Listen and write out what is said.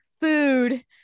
food